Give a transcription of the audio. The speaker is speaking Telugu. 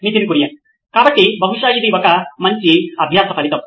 నితిన్ కురియన్ COO నోయిన్ ఎలక్ట్రానిక్స్ కాబట్టి బహుశా ఇది ఒక మంచి అభ్యాస ఫలితం